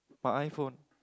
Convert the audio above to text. my iPhone